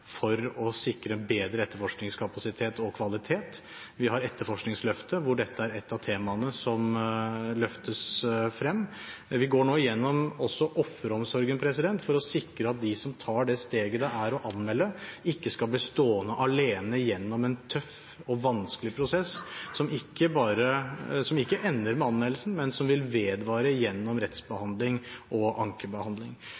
for å sikre bedre etterforskningskapasitet og kvalitet. Vi har Etterforskningsløftet, hvor dette er et av temaene som løftes frem. Vi går nå også gjennom offeromsorgen for å sikre at de som tar det steget det er å anmelde, ikke skal bli stående alene gjennom en tøff og vanskelig prosess, som ikke ender med anmeldelsen, men som vil vedvare gjennom rettsbehandling